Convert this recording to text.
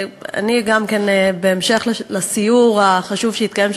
בהמשך לסיור החשוב שהתקיים,